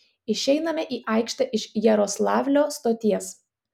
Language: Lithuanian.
išeiname į aikštę iš jaroslavlio stoties